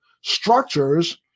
structures